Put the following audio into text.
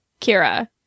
Kira